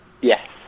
Yes